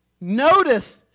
notice